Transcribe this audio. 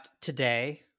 today